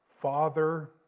Father